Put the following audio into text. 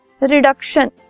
reduction